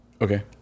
Okay